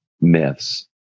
myths